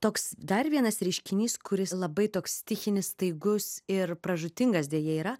toks dar vienas reiškinys kuris labai toks stichinis staigus ir pražūtingas deja yra